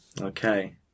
Okay